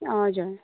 हजुर